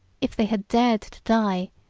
if they had dared to die,